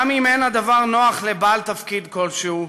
גם אם אין הדבר נוח לבעל תפקיד כלשהו,